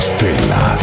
Stella